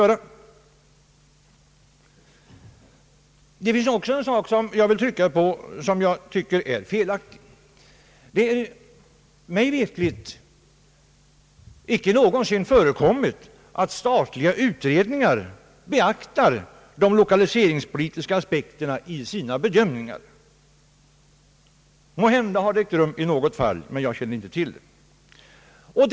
Jag vill även påpeka en annan sak, som jag tycker är felaktig. Mig veterligt har det icke någonsin förekommit att statliga utredningar har beaktat de lokaliseringspolitiska aspekterna i sina bedömningar. Måhända har så skett i något fall, men jag känner inte till det.